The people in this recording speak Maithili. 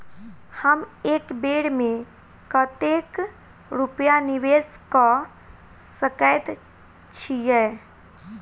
हम एक बेर मे कतेक रूपया निवेश कऽ सकैत छीयै?